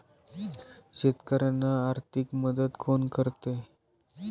शेतकऱ्यांना आर्थिक मदत कोण करते?